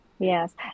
Yes